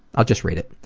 i'll just read it.